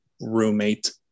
roommate